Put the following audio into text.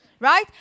Right